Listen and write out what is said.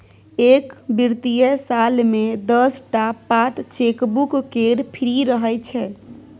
एक बित्तीय साल मे दस टा पात चेकबुक केर फ्री रहय छै